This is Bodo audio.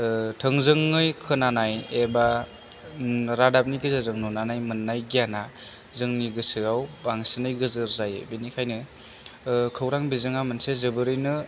थोंजोङै खोनानाय एबा रादाबनि गेजेरजों नुनानै मोननाय गियाना जोंनि गोसोआव बांसिनै गोजोर जायो बेनिखायनो खौरां बिजोङा मोनसे जोबोरैनो